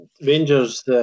Rangers